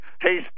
hey